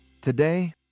Today